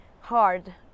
hard